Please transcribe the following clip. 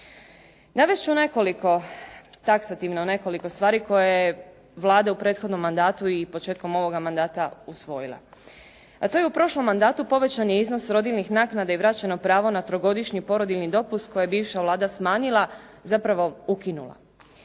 Navesti ću nekoliko, taksativno nekoliko stvari koje je Vlada u prethodnom mandatu i početkom ovoga mandata usvojila, a to je u prošlom mandatu povećani iznos rodiljnih naknada i vraćeno pravo na trogodišnji porodiljni dopust koji je bivša Vlada smanjila, zapravo ukinula.